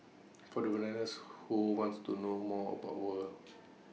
for the bananas who wants to know more about war